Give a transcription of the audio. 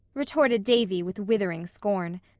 retorted davy with withering scorn.